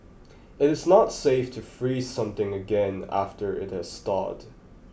it is not safe to freeze something again after it has thawed